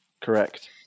Correct